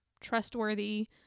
trustworthy